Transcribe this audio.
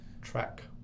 Track